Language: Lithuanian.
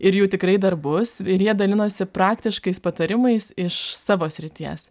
ir jų tikrai dar bus ir jie dalinosi praktiškais patarimais iš savo srities